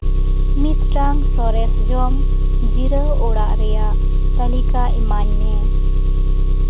ᱢᱤᱫᱴᱟᱝ ᱥᱚᱨᱮᱥ ᱡᱚᱢ ᱡᱤᱨᱟᱹᱣ ᱚᱲᱟᱜ ᱨᱮᱭᱟᱜ ᱛᱟᱹᱞᱤᱠᱟ ᱮᱢᱟᱧ ᱢᱮ